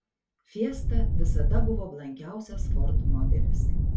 fiesta visada buvo blankiausias ford modelis